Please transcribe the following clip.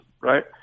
right –